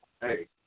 hey